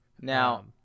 Now